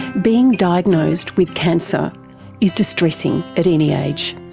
being diagnosed with cancer is distressing at any age,